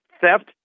theft